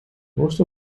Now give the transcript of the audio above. most